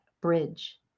bridge